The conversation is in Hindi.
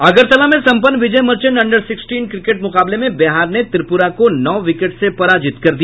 अगरतला में सम्पन्न Vijay Merchant under sixteen cricket मुकाबले में बिहार ने त्रिपुरा को नौ विकेट से पराजित कर दिया